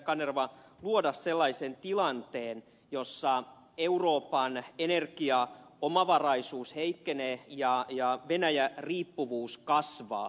kanerva luoda sellaisen tilanteen jossa euroopan energiaomavaraisuus heikkenee ja venäjä riippuvuus kasvaa